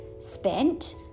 spent